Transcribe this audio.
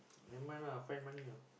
never mind lah find money ah